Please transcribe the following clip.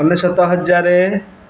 ଅନେଶତ ହଜାର